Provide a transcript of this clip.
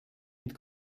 mit